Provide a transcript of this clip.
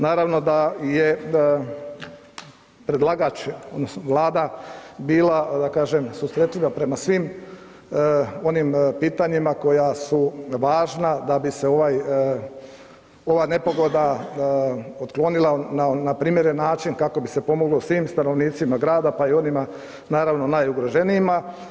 Naravno da je predlagač odnosno Vlada bila da kažem susretljiva prema svim onim pitanjima koja su važna da bi se ova nepogoda otklonila na primjeren način kako bi se pomoglo svim stanovnicima grada pa i onima naravno najugroženijima.